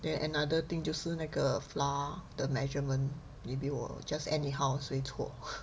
then another thing 就是那个 flour the measurement maybe 我 just anyhow say 错